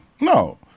No